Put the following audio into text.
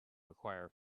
acquire